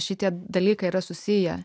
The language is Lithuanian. šitie dalykai yra susiję